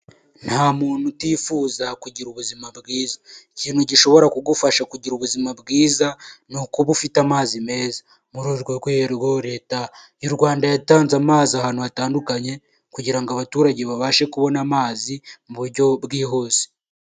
Nta muntu utifuza kugira ubuzima bwiza ikintu gishobora kugufasha kugira ubuzima bwiza ni ukuba ufite amazi meza muri urwo rwego leta yu Rwanda yatanze amazi ahantu hatandukanye kugira ngo abaturage babashe kubona amazi mu buryo bwihuse.